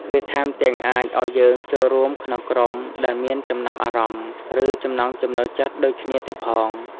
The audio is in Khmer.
វាថែមទាំងអាចឱ្យយើងចូលរួមក្នុងក្រុមដែលមានចំណាប់អារម្មណ៍ ឬចំណង់ចំណូលចិត្តដូចគ្នាទៀតផង។